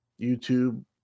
youtube